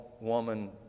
woman